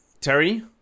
terry